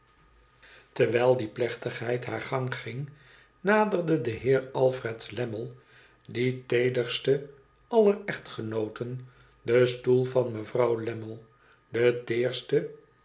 terwijl die plechtigheid haar gang ging naderde de heer alfred lammie die teederste aller echtgenooten den stoel van mevrouw lammie de teerste